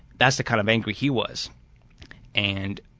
that's the kind of angry he was and